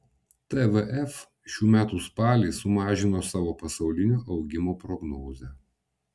tvf šių metų spalį sumažino savo pasaulinio augimo prognozę